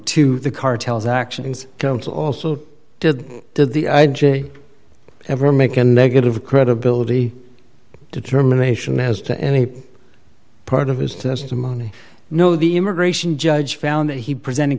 to the cartels actions comes also did did the i j a ever make a negative credibility determination as to any part of his testimony no the immigration judge found that he presented